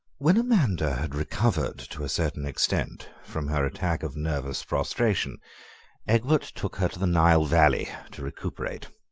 when amanda had recovered to a certain extent from her attack of nervous prostration egbert took her to the nile valley to recuperate.